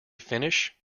finish